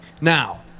now